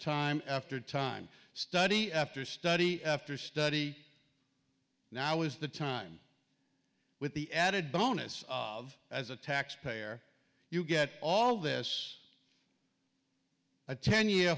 time after time study after study after study now is the time with the added bonus of as a tax payer you get all this a ten year